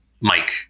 Mike